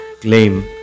claim